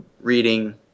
reading